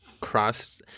cross